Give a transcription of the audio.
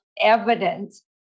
evidence